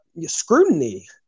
scrutiny